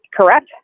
correct